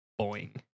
boing